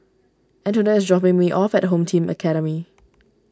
Antonette is dropping me off at Home Team Academy